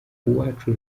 uwacu